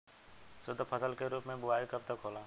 शुद्धफसल के रूप में बुआई कब तक होला?